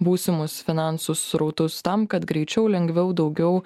būsimus finansų srautus tam kad greičiau lengviau daugiau